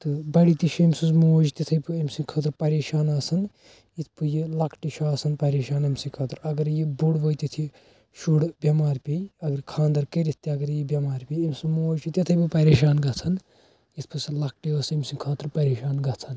تہٕ بَڑٕ تہِ چھِ أمۍ سٕنٛز موج تِتھے پٲٹھۍ أمۍ سٕنٛدۍ خٲطرٕ پریشان آسان یِتھ پٲٹھۍ یہِ لۄکٹہٕ چھِ آسان پریشان أمۍ سٕنٛدۍ خٲطرٕ اگر یہِ بوٚڑ وٲتِتھ یہِ شُر بیٚمار پیٚیہِ اگر خانٛدر کٔرِتھ تہِ اگر یہِ بیٚمار پیٚیہِ أمۍ سٕنٛز موج چھِ تِتھے پٲٹھۍ پریشان گَژھان یِتھ پٲٹھۍ سۄ لۄکٹہٕ ٲس أمۍ سٕنٛد خٲطرٕ پریشان گَژھان